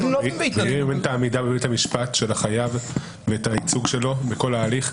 מי יממן את העמידה של החייב בבית המשפט ואת הייצוג שלו בכל ההליך?